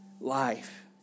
Life